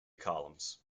columns